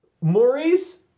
Maurice